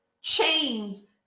Chains